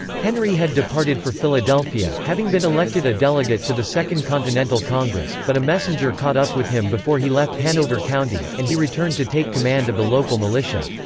henry had departed for philadelphia, having been elected a delegate to the second continental congress, but a messenger caught up with him before he left hanover county, and he returned to take command of the local militia.